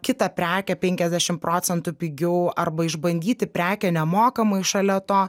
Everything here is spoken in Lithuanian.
kitą prekę penkiasdešim procentų pigiau arba išbandyti prekę nemokamai šalia to